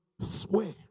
swear